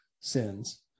sins